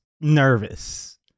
nervous